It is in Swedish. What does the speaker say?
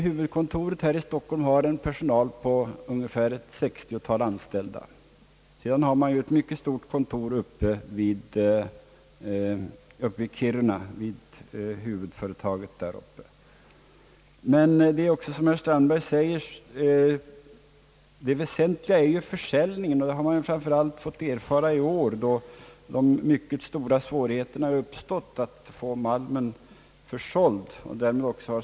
Huvudkontoret i Stockholm har ett sextiotal anställda. Dessutom finns ett mycket stort kontor vid huvudföretaget uppe i Kiruna. Men det väsentliga i sammanhanget är ju försäljningen, som också herr Strandberg säger, och det har man fått erfara särskilt i år, då mycket stora svårigheter uppstått att få malmen såld.